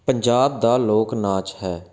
ਪੰਜਾਬ ਦਾ ਲੋਕ ਨਾਚ ਹੈ